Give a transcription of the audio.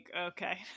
okay